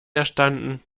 erstanden